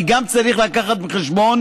כי גם צריך להביא בחשבון